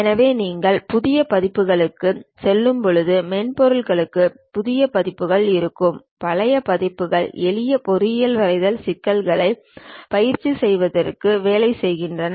எனவே நீங்கள் புதிய பதிப்புகளுக்குச் செல்லும்போது மென்பொருளுக்கு புதிய புதுப்பிப்புகள் இருக்கும் பழைய பதிப்புகள் எளிய பொறியியல் வரைதல் சிக்கல்களைப் பயிற்சி செய்வதற்கு வேலை செய்கின்றன